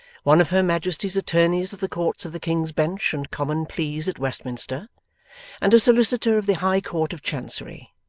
one of her majesty's attornies of the courts of the king's bench and common pleas at westminster and a solicitor of the high court of chancery,